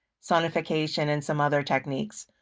signification, and some other techniques.